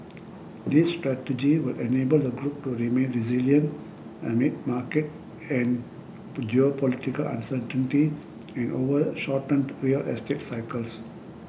this strategy will enable the group to remain resilient amid market and geopolitical uncertainty and over shortened real estate cycles